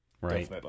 right